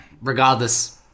regardless